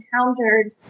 encountered